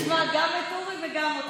אני אשמע גם את אורי וגם אותך.